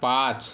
पाच